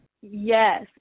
Yes